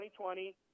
2020